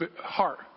heart